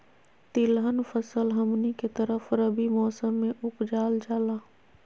तिलहन फसल हमनी के तरफ रबी मौसम में उपजाल जाला